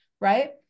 Right